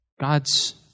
God's